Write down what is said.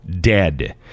dead